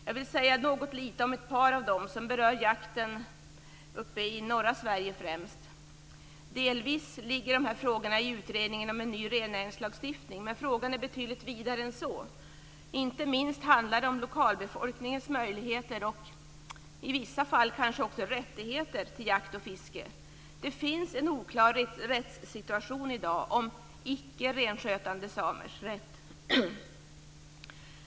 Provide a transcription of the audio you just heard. Jag vill säga något lite om ett par av dem, som berör jakten främst uppe i norra Sverige. Några av dessa frågor ligger på utredningen om en ny rennäringslagstiftning, men ämnet är betydligt vidare än så. Inte minst handlar det om lokalbefolkningens möjligheter och i vissa fall kanske också rättigheter när det gäller jakt och fiske. Det är en oklar situation i dag vad beträffar icke renskötande samers rätt.